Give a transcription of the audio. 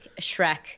Shrek